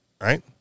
right